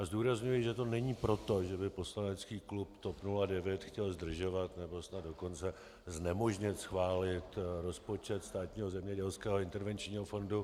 Zdůrazňuji, že to není proto, že by poslanecký klub TOP 09 chtěl zdržovat, nebo snad dokonce znemožnit schválit rozpočet Státního zemědělského a intervenčního fondu.